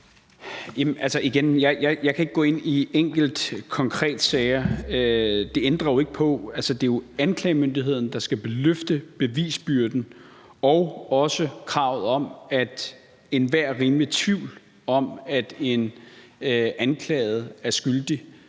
jeg ikke kan gå ind i konkrete enkeltsager. Det ændrer ikke på, at det jo er anklagemyndigheden, der skal løfte bevisbyrden, også i forhold til kravet om, at enhver rimelig tvivl om, at en anklaget er skyldig,